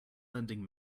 lending